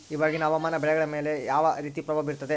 ಇವಾಗಿನ ಹವಾಮಾನ ಬೆಳೆಗಳ ಮೇಲೆ ಯಾವ ರೇತಿ ಪ್ರಭಾವ ಬೇರುತ್ತದೆ?